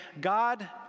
God